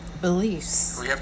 beliefs